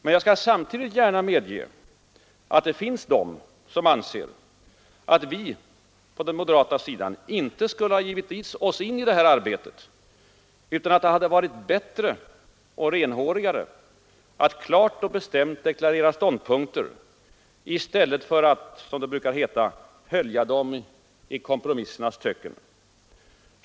Men jag skall samtidigt gärna medge att det finns de som anser att vi på den moderata sidan inte skulle ha givit oss in i detta arbete, utan att det hade varit bättre och renhårigare att klart och bestämt deklarera ståndpunkter i stället för att, som det brukar heta, hölja dem i kompromissernas töcken.